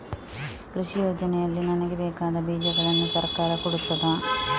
ಕೃಷಿ ಯೋಜನೆಯಲ್ಲಿ ನನಗೆ ಬೇಕಾದ ಬೀಜಗಳನ್ನು ಸರಕಾರ ಕೊಡುತ್ತದಾ?